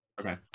Okay